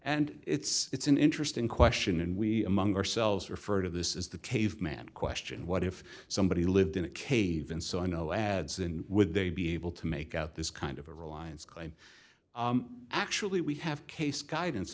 and it's an interesting question and we among ourselves referred to this is the caveman question what if somebody lived in a cave and so i know adds in with they be able to make out this kind of a reliance claim actually we have case guidance